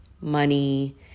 money